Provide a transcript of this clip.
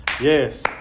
Yes